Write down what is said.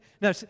No